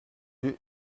yeux